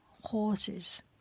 horses